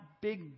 big